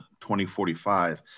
2045